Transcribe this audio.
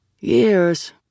Years